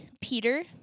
Peter